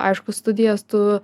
aišku studijas tu